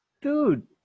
dude